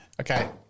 Okay